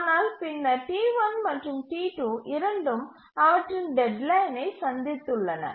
ஆனால் பின்னர் T1 மற்றும் T2 இரண்டும் அவற்றின் டெட்லைனை சந்தித்துள்ளன